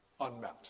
unmet